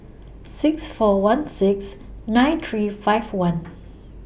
six four one six nine three five one